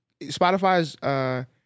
Spotify's